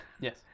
Yes